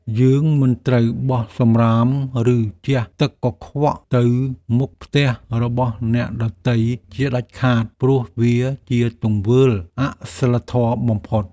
យើងមិនត្រូវបោះសំរាមឬជះទឹកកខ្វក់ទៅមុខផ្ទះរបស់អ្នកដទៃជាដាច់ខាត ព្រោះវាជាទង្វើអសីលធម៌បំផុត។